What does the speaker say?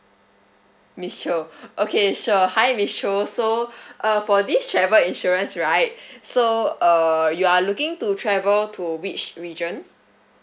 miss cho okay sure hi miss cho so uh for this travel insurance right so uh you are looking to travel to which region